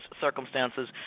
circumstances